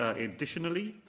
ah additionally,